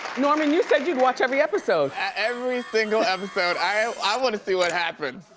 norman you said you'd watch every episode. every single episode. i wanna see what happens.